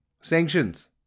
Sanctions